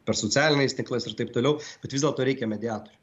per socialiniais tinklais ir taip toliau bet vis dėlto reikia mediatorių